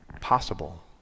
possible